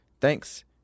Thanks